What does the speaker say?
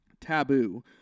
taboo